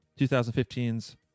2015's